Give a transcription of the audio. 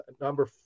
number